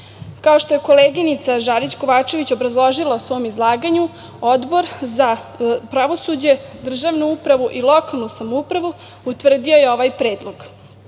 Kao što je koleginica Žarić Kovačević obrazložila u svom izlaganju, Odbor za pravosuđe, državnu upravu i lokalnu samoupravu utvrdio je ovaj Predlog,